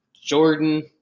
Jordan